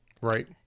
right